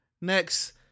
Next